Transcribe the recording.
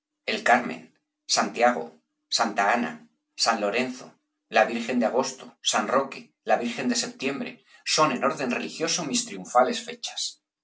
el carmen santiago santa ana san lorenzo la virgen de agosto san roque la virgen de septiembre son en el orden religioso ínis triunfales fechas